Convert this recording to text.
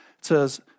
says